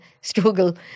struggle